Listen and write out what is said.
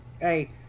Hey